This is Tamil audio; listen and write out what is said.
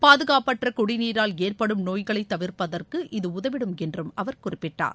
பாதுகாப்பற்ற குடிநீரால் ஏற்படும் நோய்களை தவிர்ப்பதற்கு இது உதவிடும் என்றும் அவர் குறிப்பிட்டார்